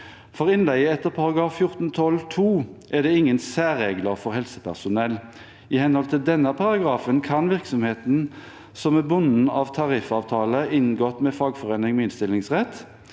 For innleie etter § 14-12 (2) er det ingen særregler for helsepersonell. I henhold til denne paragrafen kan virksomheten som er bundet av tariffavtale inngått med fagforening med